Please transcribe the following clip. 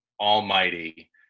almighty